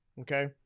okay